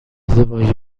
وارد